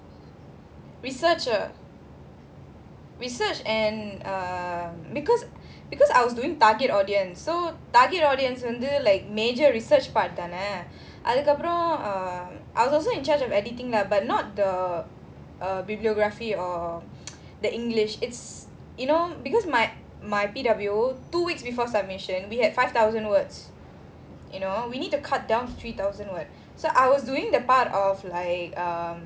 researcher research and err because because I was doing target audience so target audience வந்து:vandhu like major research தானேஅதுக்கப்புறம்:thane adhukapuram I was also in charge of editing lah but not the bibliography or the english it's you know because my my P_W two weeks before submission we had five thousand words you know we need to cut down to three thousand [what] so I was doing the part of like um